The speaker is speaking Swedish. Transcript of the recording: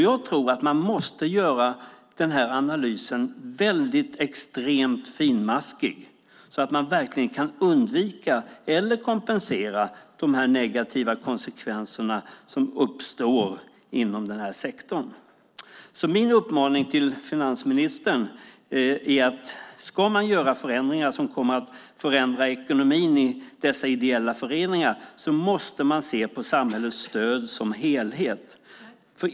Jag tror att man måste göra denna analys extremt finmaskig så att man verkligen kan undvika eller kompensera de negativa konsekvenser som uppstår inom denna sektor. Min uppmaning till finansministern är: Ska man göra förändringar som kommer att förändra ekonomin i dessa ideella föreningar måste man se på samhällets stöd som helhet.